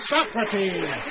Socrates